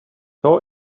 saw